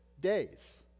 days